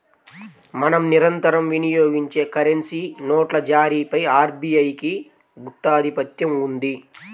మనం నిరంతరం వినియోగించే కరెన్సీ నోట్ల జారీపై ఆర్బీఐకి గుత్తాధిపత్యం ఉంది